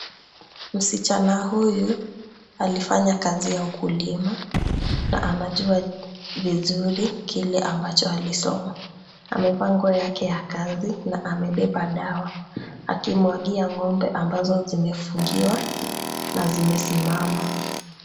Msichana huyu alifanya kazi ya ukulima na anajua vizuri kile ambacho alisoma. Amevaa nguo yake ya kazi na amebeba dawa akinyunyizia ng'ombe na zimesimama.